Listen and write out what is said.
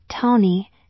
Tony